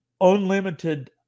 unlimited